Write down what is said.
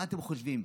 מה אתם חושבים?